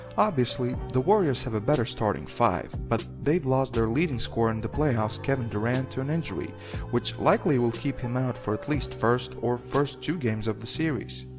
obviously the warriors have a better starting five, but they've lost their leading scorer in the playoffs kevin durant to an injury which likely will keep him out for at least first, or first two games of the series.